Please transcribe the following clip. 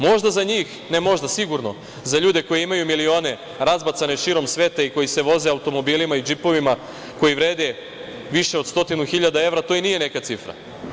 Možda za njih, ne možda, sigurno za ljude koji imaju milione razbacane širom sveta i koji se voze automobilima i džipovima koji vrede više od stotinu hiljada evra, to i nije neka cifra.